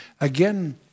Again